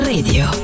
Radio